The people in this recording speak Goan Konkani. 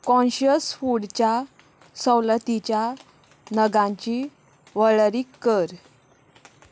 काँश्यस फुडच्या सवलतीच्या नगांची वळरी कर